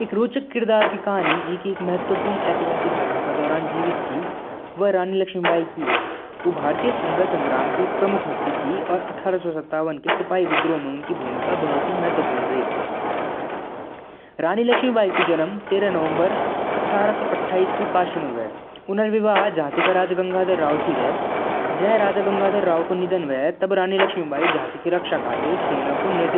मि जल्दी रोटी और अचार क साथ दही खाणु पसंद करदु। दाल बची होलु त गरम करदु और खालु। सलाद या फल काटक जल्दी खाणु सही होलु। यो सब आसानी स पांच मिनट